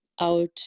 out